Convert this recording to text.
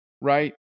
right